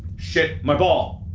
shit, my ball